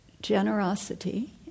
generosity